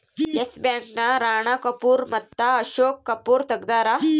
S Bank ನ ರಾಣ ಕಪೂರ್ ಮಟ್ಟ ಅಶೋಕ್ ಕಪೂರ್ ತೆಗ್ದಾರ